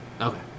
Okay